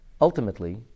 Ultimately